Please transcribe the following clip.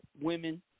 women